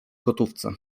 gotówce